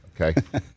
okay